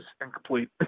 incomplete